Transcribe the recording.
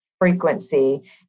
frequency